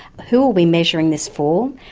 who are we measuring this for,